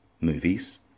Movies